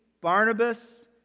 Barnabas